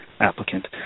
applicant